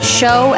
show